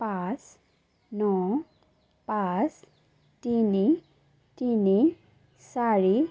পাঁচ ন পাঁচ তিনি তিনি চাৰি